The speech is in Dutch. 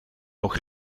nog